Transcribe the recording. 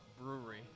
brewery